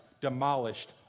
demolished